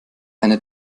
einer